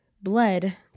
bled